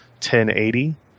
1080